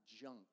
junk